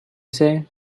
say